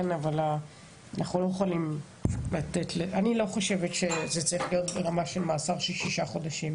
אבל אני לא חושבת שזה צריך להיות ברמה של מאסר של שישה חודשים,